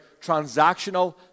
transactional